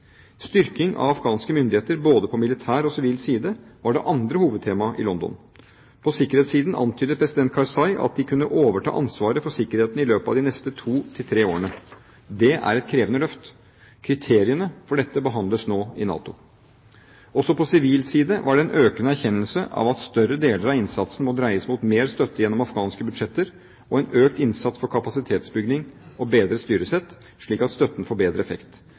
Styrking av afghanske myndigheter både på militær og sivil side var det andre hovedtemaet i London. På sikkerhetssiden antydet president Karzai at de kunne overta ansvaret for sikkerheten i løpet av de neste to til tre årene. Det er et krevende løft. Kriteriene for dette behandles nå i NATO. Også på sivil side var det en økende erkjennelse av at større deler av innsatsen må dreies mot mer støtte gjennom afghanske budsjetter og en økt innsats for kapasitetsbygging og bedret styresett, slik at støtten får bedre effekt.